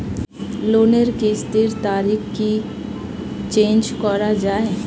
লোনের কিস্তির তারিখ কি চেঞ্জ করা যায়?